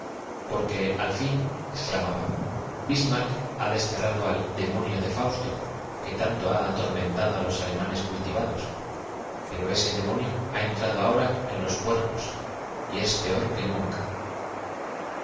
porque al fin exclam aba bis mar ck ha desterrado al demonio de fausto que tanto ha ator mentado á los alemanes cultivados pero ese demonio ha entrado ahora en los puercos y es peor que nunca